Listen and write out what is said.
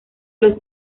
los